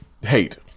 hate